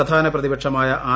പ്രധാന പ്രതിപക്ഷമായ ആർ